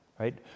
Right